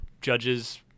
judges